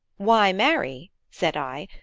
why marry said i,